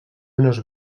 unes